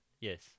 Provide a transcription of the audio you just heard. Yes